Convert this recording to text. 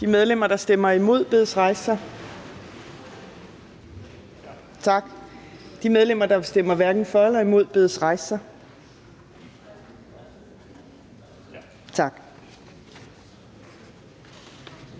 De medlemmer, der stemmer imod, bedes rejse sig. Tak. De medlemmer, der stemmer hverken for eller imod, bedes rejse sig. Tak.